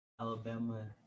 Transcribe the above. Alabama